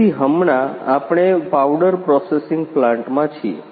તેથી હમણાં આપણે પાવડર પ્રોસેસિંગ પ્લાન્ટમાં છીએ